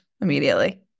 Immediately